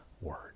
word